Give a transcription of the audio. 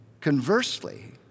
Conversely